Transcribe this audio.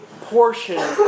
portion